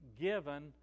given